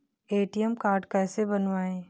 ATM card कैसे बनवाएँ?